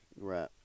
right